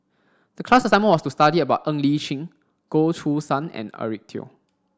the class assignment was to study about Ng Li Chin Goh Choo San and Eric Teo